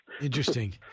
Interesting